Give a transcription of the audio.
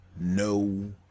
no